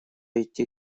идти